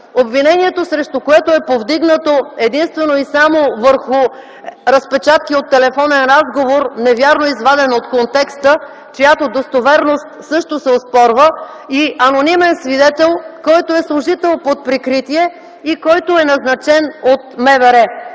обвинението срещу който е повдигнато единствено и само по разпечатки от телефонен разговор, навярно изваден от контекста, чиято достоверност също се оспорва, и анонимен свидетел, който е служител под прикритие и който е назначен от МВР.